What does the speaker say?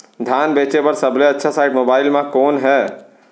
धान बेचे बर सबले अच्छा साइट मोबाइल म कोन हे?